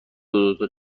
دوتا